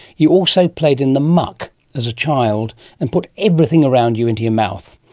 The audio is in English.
you also played in the muck as a child and put everything around you into your mouth.